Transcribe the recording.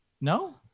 No